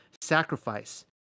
sacrifice